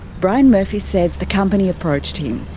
brian murphy says the company approached him.